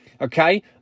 okay